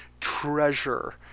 treasure